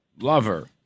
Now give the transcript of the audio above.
lover